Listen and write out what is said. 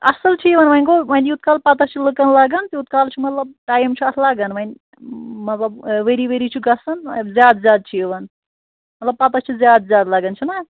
اَصٕل چھُ یِوان وۄنۍ گوٚو وۄنۍ یوٗت کال پَتہٕ چھِ لُکَن لَگان تیٛوٗت کال چھُ مطلب ٹایِم چھُ اَتھ لَگان وۄنۍ مطلب ؤری ؤری چھُ گژھان زیادٕ زیادٕ چھُ یِوان مطلب پَتہٕ چھِ زیادٕ زیادٕ لَگان چھُنا